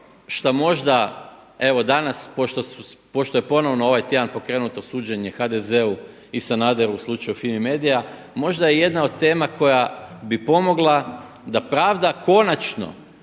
šta možda evo danas pošto je ovaj tjedan pokrenuto suđenje HDZ-u i Sanaderu u slučaju FIMI Media, možda je jedna od tema koja bi pomogla da pravda konačno